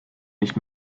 nicht